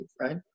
right